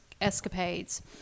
escapades